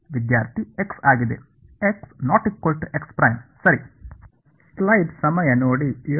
ವಿದ್ಯಾರ್ಥಿ x ಆಗಿದೆ